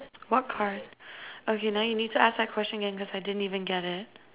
what card okay now you need to ask that question again because I didn't even get it